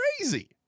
crazy